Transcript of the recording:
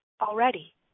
already